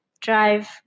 drive